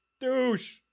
Douche